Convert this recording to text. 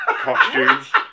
costumes